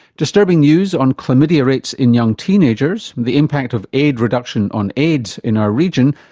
disturbing news on chlamydia rates in young teenagers, and the impact of aid reduction on aids in our region,